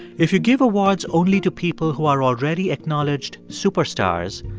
if you give awards only to people who are already acknowledged superstars,